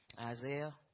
Isaiah